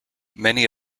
many